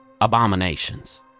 abominations